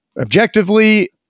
Objectively